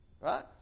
right